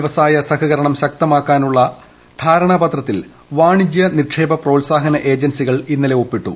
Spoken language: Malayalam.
വ്യവസായ സഹകരണം ശക്തമാക്കുന്നതിനുള്ള ധാരണാപത്രത്തിൽ വാണിജ്യ നിക്ഷേപ പ്രോത്സാഹന ഏജൻസികൾ ഇന്നലെ ഒപ്പിട്ടു